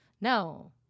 no